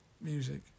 music